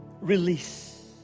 Release